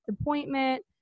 appointment